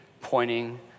pointing